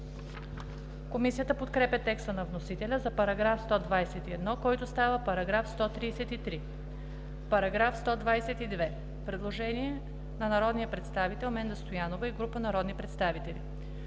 Комисията подкрепя текста на вносителя за § 143, който става § 160. По § 144 – предложение на народния представител Менда Стоянова и група народни представители.